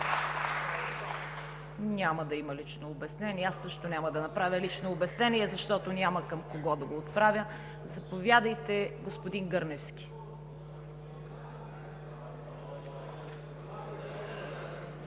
Няма да има лично обяснение. Аз също няма да направя лично обяснение, защото няма към кого да го отправя. Заповядайте, господин Гърневски.